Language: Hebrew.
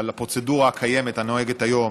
הפרוצדורה הקיימת הנוהגת היום